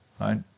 right